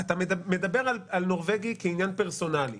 אתה מדבר על "נורבגי" כעניין פרסונלי.